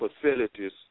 facilities